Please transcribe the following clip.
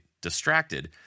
distracted